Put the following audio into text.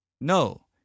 No